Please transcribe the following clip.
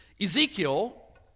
Ezekiel